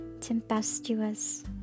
tempestuous